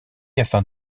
afin